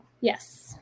Yes